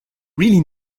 really